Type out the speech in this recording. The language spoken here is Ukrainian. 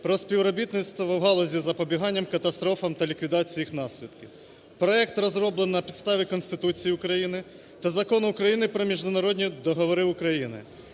про співробітництво у галузі запобігання катастрофам та ліквідації їх наслідків. Проект розроблено на підставі Конституції України та Закону України "Про міжнародні договори України".